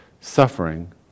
suffering